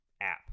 app